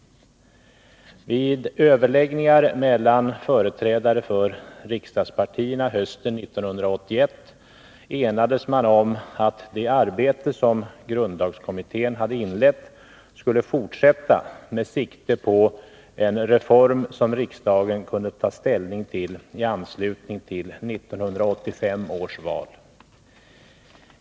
Vid överläggningar mellan företrädare för riksdagspartierna hösten 1981 enades man om att det arbete som grundlagskommittén hade inlett skulle fortsätta med sikte på en reform som riksdagen kunde ta ställning till i anslutning till 1985 års val.